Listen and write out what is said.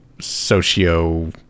socio